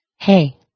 hey